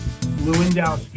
Lewandowski